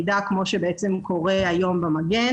כמו שקורה היום במגן.